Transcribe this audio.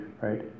right